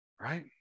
right